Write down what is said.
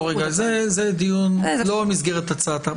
זה דיון לא במסגרת הצעת החוק.